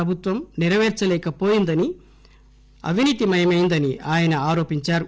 ప్రభుత్వం నెరపేర్చలేకపోయిందని అవినీతిమయమెందని ఆయన ఆరోపించారు